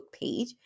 page